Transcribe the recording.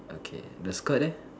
okay the skirt leh